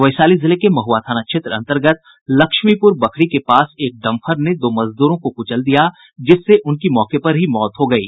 वैशाली जिले के महुआ थाना क्षेत्र अन्तर्गत लक्ष्मीपुर बखरी के पास एक डम्फर ने दो मजदूरों को कुचल दिया जिससे उनकी मौके पर ही मौत हो गयी